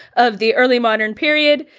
of the early modern period,